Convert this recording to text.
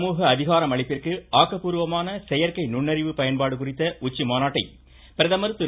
சமூக அதிகாரமளிப்பிற்கு ஆக்கப்பூர்வமான செயற்கை நுண்ணறிவு பயன்பாடு குறித்த உச்சிமாநாட்டை பிரதமர் திரு